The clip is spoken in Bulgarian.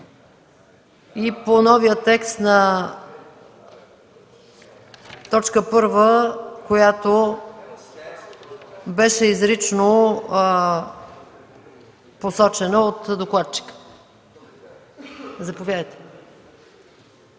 и по новия текст на т. 1, която беше изрично посочена от докладчика. Заповядайте,